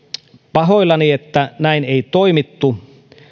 pahoillani että näin ei toimittu